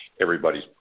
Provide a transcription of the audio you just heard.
Everybody's